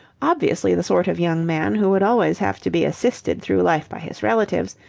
obviously the sort of young man who would always have to be assisted through life by his relatives,